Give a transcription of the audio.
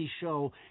show